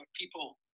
people